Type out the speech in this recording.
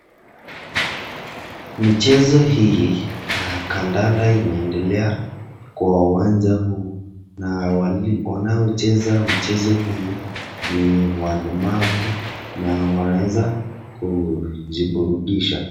Michezo hii, ya kandanda inaendelea kwa uwanja huu, na walio, wanao cheza michezo hii, ni walemavu, na wanaeza, kujiburudisha.